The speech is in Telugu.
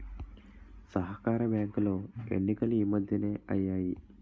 సహకార బ్యాంకులో ఎన్నికలు ఈ మధ్యనే అయ్యాయి